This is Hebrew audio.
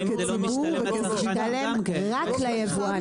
זה משתלם רק ליבואנים.